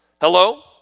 Hello